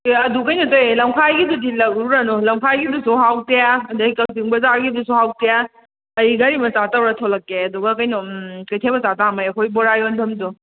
ꯑꯦ ꯑꯗꯨ ꯀꯩꯅꯣ ꯇꯧꯋꯦ ꯂꯝꯈꯥꯏꯒꯤꯗꯨꯗꯤ ꯂꯧꯔꯨꯔꯅꯨ ꯂꯝꯈꯥꯏꯒꯤꯗꯨꯁꯨ ꯍꯥꯎꯇꯦ ꯑꯗꯩ ꯀꯥꯛꯆꯤꯡ ꯕꯖꯥꯔꯒꯤꯗꯨꯁꯨ ꯍꯥꯎꯇꯦ ꯑꯩ ꯒꯥꯔꯤ ꯃꯆꯥ ꯇꯧꯔꯥ ꯊꯣꯂꯛꯀꯦ ꯑꯗꯨꯒ ꯀꯩꯅꯣꯝ ꯀꯩꯊꯦꯜ ꯃꯆꯥꯗ ꯑꯩꯈꯣꯏ ꯕꯣꯔꯥ ꯌꯣꯟꯕꯝꯗꯨ